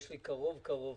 יש לי קרוב קרוב